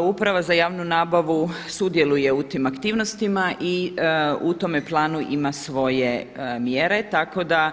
Uprava za javnu nabavu sudjeluje u tim aktivnostima i u tome planu ima svoje mjere tako da